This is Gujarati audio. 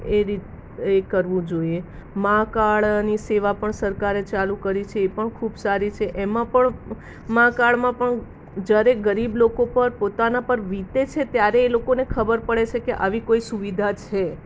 એ રીતે એ કરવું જોઈએ મા કાર્ડની પણ સેવા સરકારે ચાલુ કરી છે એ પણ ખૂબ સારી છે એમાં પણ મા કાર્ડમાં પણ જ્યારે ગરીબ લોકો પર પોતાનાં પર વીતે છે ત્યારે એ લોકોને ખબર પડે છે કે આવી કોઈ સુવિધા છે